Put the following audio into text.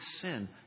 sin